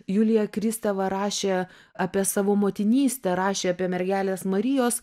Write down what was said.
julija kristeva rašė apie savo motinystę rašė apie mergelės marijos